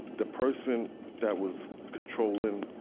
the person that was controlling,